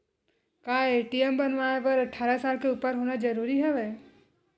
का ए.टी.एम बनवाय बर अट्ठारह साल के उपर होना जरूरी हवय?